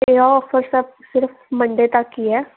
ਅਤੇ ਆਹ ਆਫਰ ਸਪ ਸਿਰਫ ਮੰਡੇ ਤੱਕ ਹੀ ਹੈ